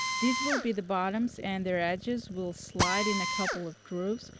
these will be the bottoms and their edges will slide in a couple of grooves,